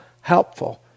helpful